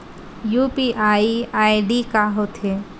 UPI ID का होथे?